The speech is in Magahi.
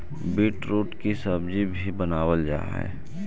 बीटरूट की सब्जी भी बनावाल जा हई